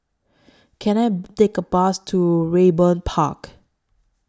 Can I Take A Bus to Raeburn Park